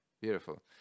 beautiful